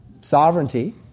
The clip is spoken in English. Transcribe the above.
sovereignty